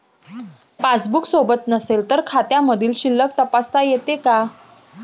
Passbook सोबत नसेल तर खात्यामधील शिल्लक तपासता येते का?